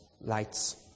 lights